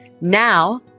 Now